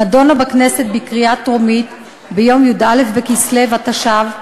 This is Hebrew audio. נדונה בכנסת בקריאה טרומית ביום י"א בכסלו התשע"ו,